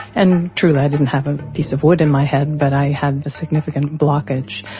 and true i didn't have a piece of wood in my head but i had a significant blockage.